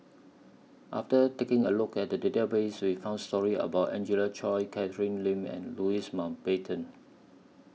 after taking A Look At The Database We found stories about Angelina Choy Catherine Lim and Louis Mountbatten